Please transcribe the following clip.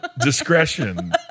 discretion